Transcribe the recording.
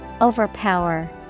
Overpower